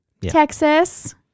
Texas